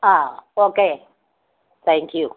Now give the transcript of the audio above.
ആ okay thank you